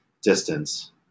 distance